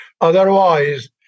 Otherwise